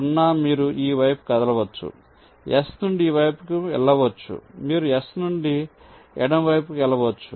0 మీరు ఈ వైపు కదలవచ్చు S నుండి ఈ వైపుకు వెళ్ళవచ్చు మీరు S నుండి ఎడమ వైపుకు వెళ్ళవచ్చు